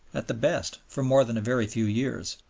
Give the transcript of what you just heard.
at the best, for more than a very few years.